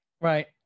Right